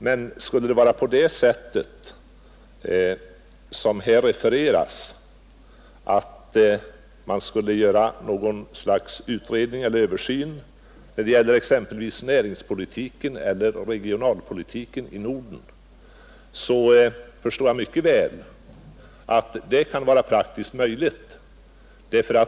Men skulle det vara på det sätt som här refereras, att man skall göra något slags översyn när det gäller exempelvis näringspolitiken eller regionalpolitiken i Norden, förstår jag mycket väl att det kan vara praktiskt möjligt.